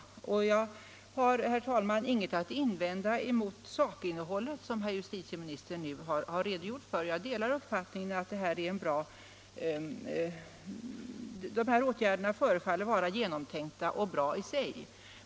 Jag har, herr talman, ingenting att invända mot sakinnehållet i herr justitieministerns redogörelse, och jag delar uppfattningen att de här åtgärderna förefaller genomtänkta och bra i sig.